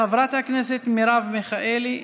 חברת הכנסת מרב מיכאלי,